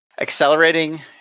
accelerating